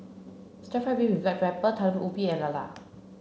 stir fried beef with black pepper Talam Ubi and Lala